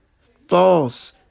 false